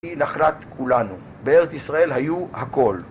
נחלת כולנו, בארץ ישראל היו הכל